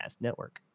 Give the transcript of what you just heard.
network